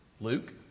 Luke